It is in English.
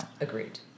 Agreed